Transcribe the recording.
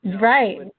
right